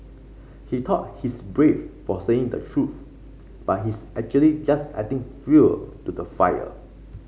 he thought he's brave for saying the truth but he's actually just adding fuel to the fire